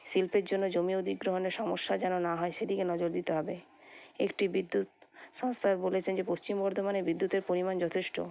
শিল্পের জন্য জমি অধিগ্রহণের সমস্যা যেন না হয় সেদিকে নজর দিতে হবে একটি বিদ্যুৎ সংস্থায় বলেছে যে পশ্চিম বর্ধমানে বিদ্যুতের পরিমাণ যথেষ্ট